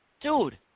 dude